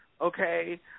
okay